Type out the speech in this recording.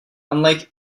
unlike